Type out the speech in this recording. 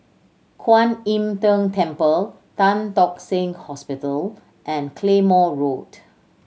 Kwan Im Tng Temple Tan Tock Seng Hospital and Claymore Road